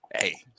Hey